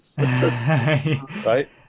right